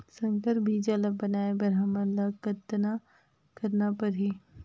संकर बीजा ल बनाय बर हमन ल कतना करना परही?